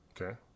Okay